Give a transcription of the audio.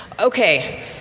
Okay